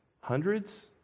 hundreds